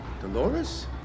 Dolores